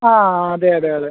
ആ അതെ അതെ അതെ